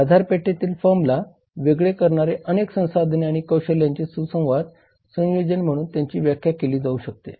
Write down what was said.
बाजारपेठेतील फर्मला वेगळे करणारे अनेक संसाधने आणि कौशल्यांचे सुसंवादी संयोजन म्हणून त्याची व्याख्या केली जाऊ शकते